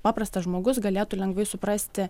paprastas žmogus galėtų lengvai suprasti